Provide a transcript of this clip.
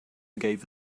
gave